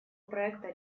проекта